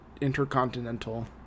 intercontinental